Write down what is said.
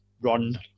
run